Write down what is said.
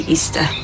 Easter